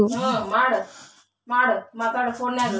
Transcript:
ಮಣ್ಣು ಪರೇಕ್ಷೆ ಹೆಂಗ್ ಮಾಡೋದು?